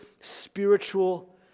spiritual